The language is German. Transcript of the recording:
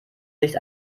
nicht